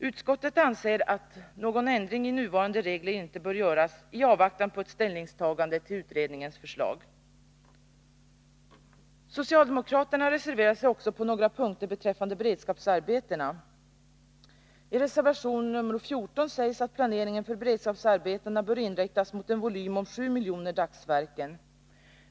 Utskottet anser att någon ändring i nuvarande regler inte bör göras i avvaktan på ett ställningstagande till utredningens förslag. Socialdemokraterna reserverar sig också på några punkter beträffande beredskapsarbetena. I reservation 14 sägs att planeringen för beredskapsarbetena bör inriktas mot en volym om 7 miljoner dagsverken.